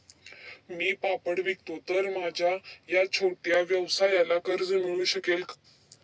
मी पापड विकतो तर माझ्या या छोट्या व्यवसायाला कर्ज मिळू शकेल का?